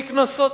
נקנסות,